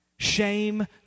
Shame